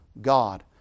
God